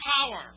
power